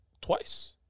twice